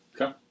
Okay